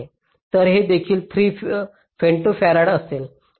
तर हे देखील 3 फेमिटोफॅरड असेल